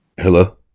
Hello